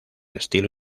estilo